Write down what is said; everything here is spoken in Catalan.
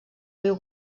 riu